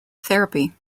therapy